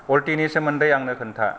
अल्टिनि सोमोन्दै आंनो खोन्था